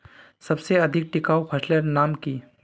सबसे अधिक टिकाऊ फसलेर नाम की?